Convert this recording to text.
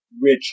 rich